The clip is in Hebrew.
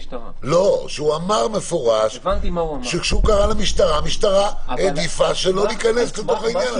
שאמר במפורש שכאשר הוא קרא למשטרה המשטרה העדיפה להיכנס לתוך העניין.